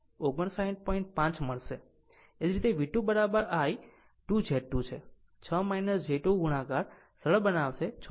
એ જ રીતે V2 I 2 Z2 છે 6 j 2 ગુણાકાર અને સરળ બનાવશે 76